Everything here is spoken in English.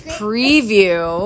preview